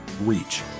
reach